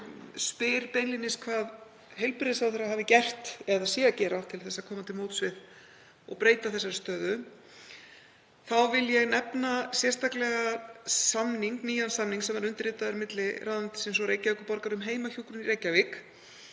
spyr beinlínis hvað heilbrigðisráðherra hafi gert eða sé að gera til að koma til móts við og breyta þessari stöðu. Þá vil ég nefna sérstaklega nýjan samning sem var undirritaður milli ráðuneytisins og Reykjavíkurborgar um heimahjúkrun í Reykjavík